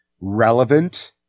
relevant